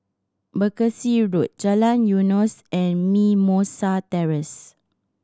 Berkshire Road Jalan Eunos and Mimosa Terrace